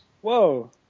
whoa